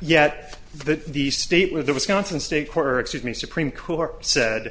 yet the the state where there was constant state quarter excuse me supreme court said